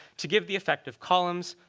to give the effect of columns,